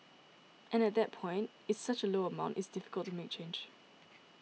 and at that point it's such a low amount it's difficult to make change